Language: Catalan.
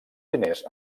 diners